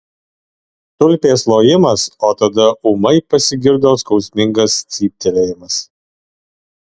tulpės lojimas o tada ūmai pasigirdo skausmingas cyptelėjimas